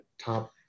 top